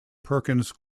perkins